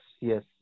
yes